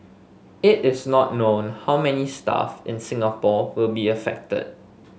it is not known how many staff in Singapore will be affected